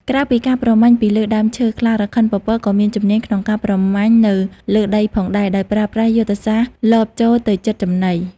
ក្រៅពីការប្រមាញ់ពីលើដើមឈើ ខ្លារខិនពពកក៏មានជំនាញក្នុងការប្រមាញ់នៅលើដីផងដែរ ដោយប្រើប្រាស់យុទ្ធសាស្ត្រលបចូលទៅជិតចំណី។